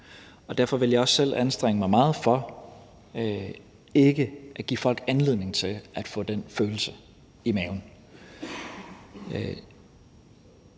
Derfor vil jeg også selv anstrenge mig meget for ikke at give folk anledning til at få den følelse i maven.